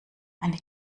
eine